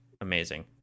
amazing